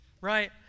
right